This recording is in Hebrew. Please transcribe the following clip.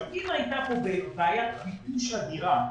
אם הייתה כאן בעיית ביקוש אדירה,